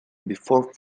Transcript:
before